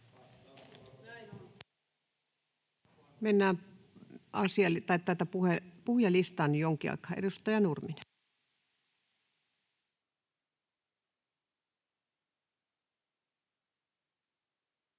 Mennään tätä puhujalistaa nyt jonkin aikaa. — Edustaja Nurminen.